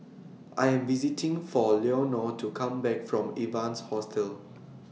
I Am visiting For Leonor to Come Back from Evans Hostel